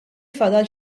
fadal